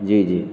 جی جی